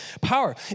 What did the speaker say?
power